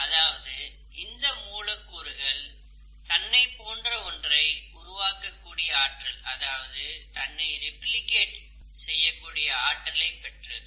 அதாவது அந்த மூலக்கூறுகள் தன்னைப் போன்ற ஒன்றை உருவாக்கக் கூடிய ஆற்றல் பெற்றது